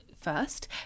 first